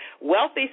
Wealthy